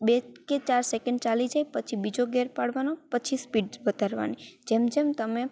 બે કે ચાર સેકેન્ડ ચાલી જાય પછી બીજો ગેર પાડવાનો પછી સ્પીડ વધારવાની જેમ જેમ તમે